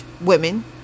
women